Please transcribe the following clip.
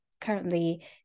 currently